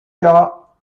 cas